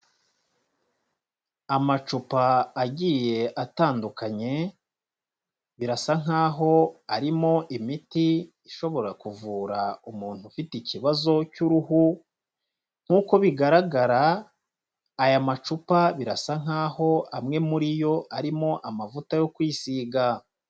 Amacupa agiye atandukanye, birasa nkaho arimo imiti ishobora kuvura umuntu ufite ikibazo cy'uruhu, nkuko bigaragara aya macupa birasa nkaho amwe muri yo arimo amavuta yo kwisiga.